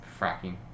fracking